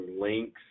links